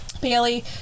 Bailey